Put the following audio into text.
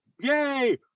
yay